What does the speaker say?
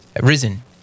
risen